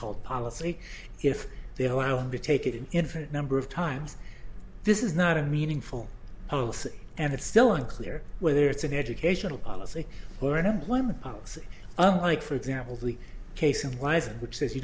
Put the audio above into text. called policy if they allow them to take it an infinite number of times this is not a meaningful oath and it's still unclear whether it's an educational policy or an employment policy like for example the case of wizened which says you